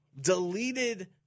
deleted